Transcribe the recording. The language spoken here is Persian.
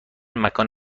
مکان